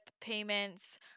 payments